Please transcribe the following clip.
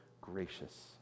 gracious